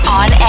on